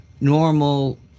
normal